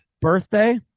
birthday